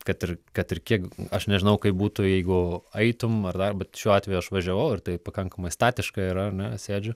kad ir kad ir kiek aš nežinau kaip būtų jeigu eitum ar dar bet šiuo atveju aš važiavau ir tai pakankamai statiška yra ar ne sėdžiu